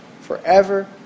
forever